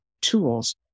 tools